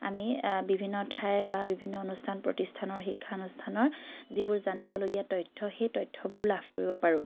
আমি বিভিন্ন ঠাইৰ বা বিভিন্ন অনুষ্ঠান প্ৰতিষ্ঠানৰ শিক্ষানুষ্ঠানৰ যিবোৰ জানিবলগীয়া তথ্য সেই তথ্যবোৰ লাভ কৰিব পাৰোঁ